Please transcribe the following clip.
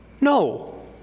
No